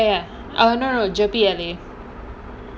ya ya ya err no no no